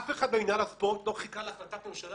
אף אחד במינהל הספורט לא חיכה להחלטת ממשלה